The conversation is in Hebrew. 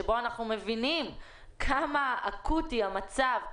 בה אנחנו מבינים כמה אקוטי המצב,